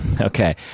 Okay